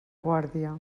guàrdia